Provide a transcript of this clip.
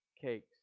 cakes